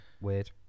weird